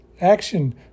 Action